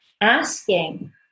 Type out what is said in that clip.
asking